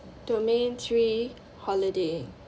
domain three holiday